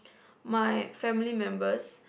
my family members